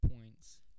points